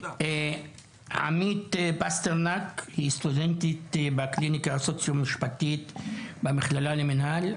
עמית פסטרנק היא סטודנטית בקליניקה הסוציו-משפטית במכללה למנהל.